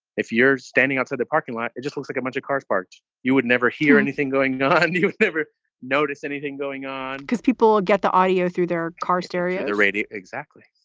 if you're standing outside the parking lot, it just looks like a bunch of cars parked. you would never hear anything going on you never notice anything going on because people get the audio through their car stereo. the radio. exactly.